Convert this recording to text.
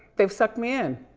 they've sucked me in.